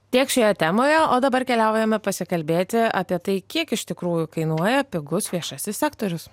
tiek šioje temoje o dabar keliaujame pasikalbėti apie tai kiek iš tikrųjų kainuoja pigus viešasis sektorius